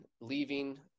leaving